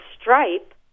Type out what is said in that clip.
Stripe